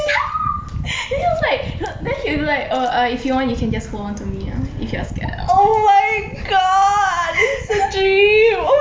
then he was like th~ then he's like err if you want you can just hold on to me if you are scared